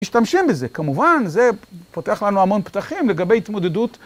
משתמשים בזה, כמובן זה פותח לנו המון פתחים לגבי התמודדות.